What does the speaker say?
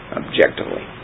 objectively